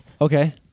Okay